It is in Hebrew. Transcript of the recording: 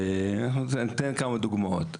ואני אתן כמה דוגמאות.